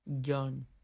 John